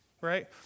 right